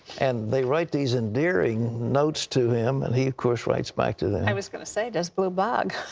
and they write these endearing notes to him and he, of course, writes back to them. i was going to say, does blue blog?